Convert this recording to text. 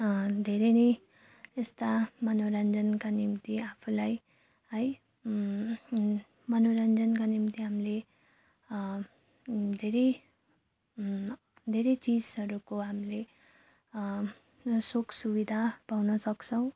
धेरै नै यस्ता मनोरन्जनका निम्ति आफूलाई है मनोरन्जनका निम्ति हामीले धेरै धेरै चिजहरूको हामीले सुख सुविधा पाउन सक्छौँ